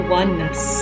oneness